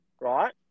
right